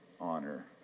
honor